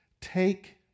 take